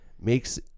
makes